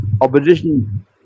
opposition